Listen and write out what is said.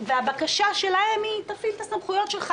הבקשה שלהם היא: תפעיל את הסמכויות שלך.